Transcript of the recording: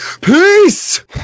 Peace